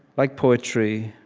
like poetry,